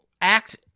act